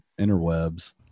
interwebs